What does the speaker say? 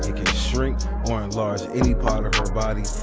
can shrink or enlarge any part of her body